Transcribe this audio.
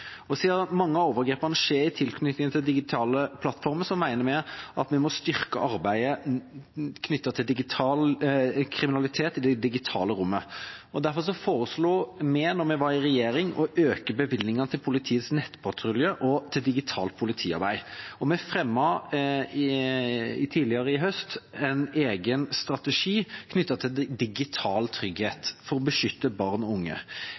mange av overgrepene skjer i tilknytning til digitale plattformer, mener vi at vi må styrke arbeidet knyttet til kriminalitet i det digitale rommet. Derfor foreslo vi da vi var i regjering, å øke bevilgningene til politiets nettpatrulje og til digitalt politiarbeid. Vi fremmet tidligere i høst en egen strategi for digital trygghet for å beskytte barn og unge.